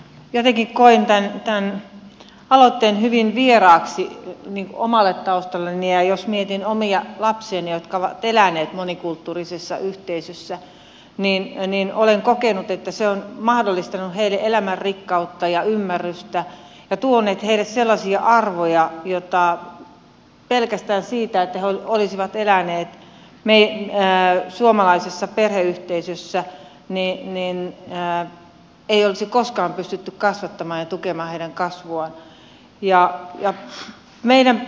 jotenkin koin tämän aloitteen hyvin vieraaksi omalle taustalleni ja jos mietin omia lapsiani jotka ovat eläneet monikulttuurisessa yhteisössä olen kokenut että se on mahdollistanut heille elämän rikkautta ja ymmärrystä ja tuonut heille sellaisia arvoja että pelkästään sillä että he olisivat eläneet suomalaisessa perheyhteisössä ei olisi koskaan pystytty kasvattamaan ja tukemaan heidän kasvuaan